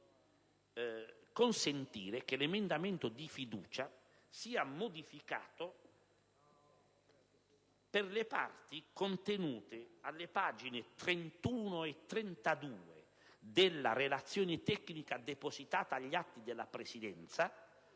il Governo ha posto la fiducia, sia modificato per le parti contenute alle pagine 31 e 32 della relazione tecnica depositata agli atti della Presidenza,